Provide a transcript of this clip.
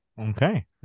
Okay